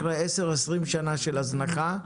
אחרי עשר עשרים שנה של הזנחה,